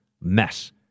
mess